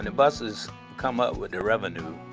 and busses come up with the revenue,